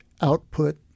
output